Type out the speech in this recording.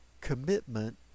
commitment